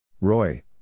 Roy